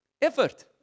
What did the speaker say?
Effort